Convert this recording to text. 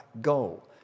goal